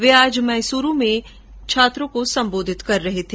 वे आज मैसूरू में छात्रों को संबोधित कर रहे थे